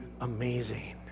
amazing